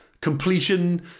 completion